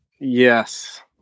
yes